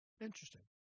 interesting